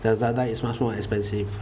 Lazada is much more expensive